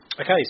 Okay